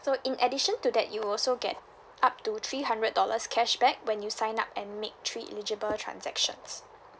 so in addition to that you also get up to three hundred dollars cashback when you sign up and make three legible transactions